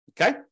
Okay